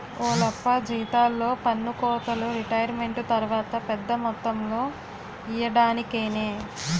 ఓలప్పా జీతాల్లో పన్నుకోతలు రిటైరుమెంటు తర్వాత పెద్ద మొత్తంలో ఇయ్యడానికేనే